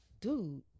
dude